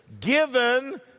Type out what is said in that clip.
given